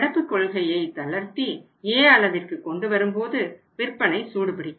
நடப்பு கொள்கையை தளர்த்தி A அளவிற்கு கொண்டு வரும்போது விற்பனை சூடுபிடிக்கும்